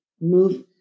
move